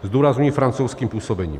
Zdůrazňuji francouzským působením.